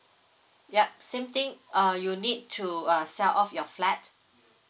yup same thing uh you need to uh sell off your flat